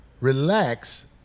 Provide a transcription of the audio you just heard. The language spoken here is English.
relax